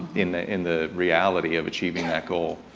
in in the reality of achieving that goal.